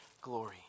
glory